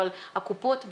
אבל הקופות,